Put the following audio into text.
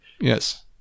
Yes